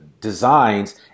designs